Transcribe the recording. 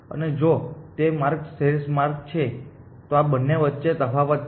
અને જો તે માર્ગ શ્રેષ્ઠ માર્ગ છે તો આ બંને વચ્ચે તફાવત છે